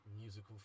musical